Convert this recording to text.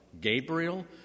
Gabriel